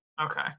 Okay